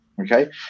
Okay